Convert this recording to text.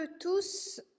tous